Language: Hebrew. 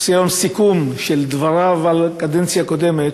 עושה לנו בדבריו סיכום של הקדנציה הקודמת,